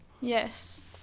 Yes